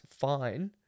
fine